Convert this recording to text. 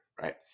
right